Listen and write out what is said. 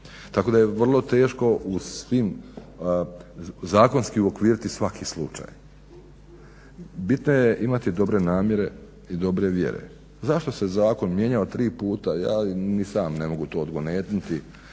tako da je vrlo teško zakonski uokviriti svaki slučaj. Bitno je imati dobre namjere i dobre vjere. Zašto se zakon mijenjao tri puta, ja ni sam ne mogu to odgonetnuti.